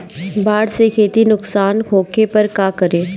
बाढ़ से खेती नुकसान होखे पर का करे?